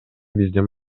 биздин